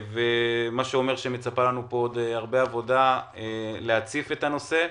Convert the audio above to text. מה שאומר שמצפה לנו פה עוד הרבה עבודה להציף את הנושא,